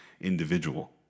individual